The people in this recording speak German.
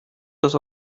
das